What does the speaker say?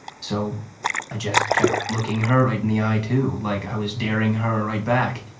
so i just kept looking her right in the eye, too, like i was daring her right back.